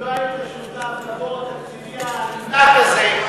אם לא היית שותף לבור התקציבי הענק הזה,